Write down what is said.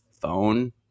phone